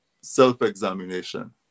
Self-examination